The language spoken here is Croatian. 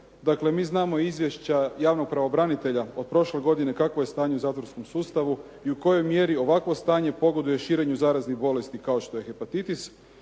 Dakle, mi znamo izvješća javnog pravobranitelja od prošle godine kakvo je stanje u zatvorskom sustavu i u kojoj mjeri ovakvo stanje pogoduje širenju zaraznih bolesti kao što je hepatitis.